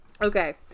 Okay